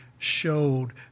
showed